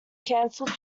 cancelled